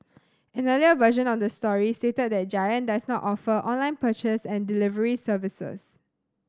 an earlier version of the story stated that Giant does not offer online purchase and delivery services